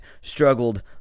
struggled